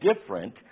different